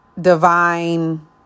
divine